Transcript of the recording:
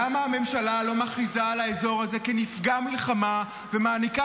למה הממשלה לא מכריזה על האזור הזה כנפגע מלחמה ומעניקה